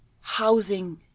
housing